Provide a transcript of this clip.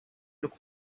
look